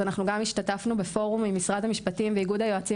אז השתתפנו בפורום ממשרד המשפטים ואיגוד היועצים